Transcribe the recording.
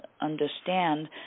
understand